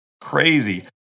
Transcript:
Crazy